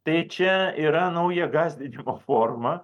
tai čia yra nauja gąsdinimo forma